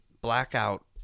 blackout